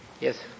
yes